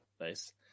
nice